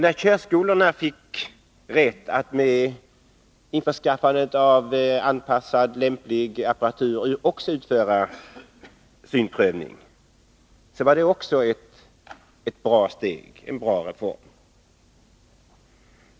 När körskolorna fick rätt att efter införskaffande av lämplig apparatur utföra synprövning, var det också en bra reform.